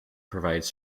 provides